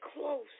close